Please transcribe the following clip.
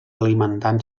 alimentant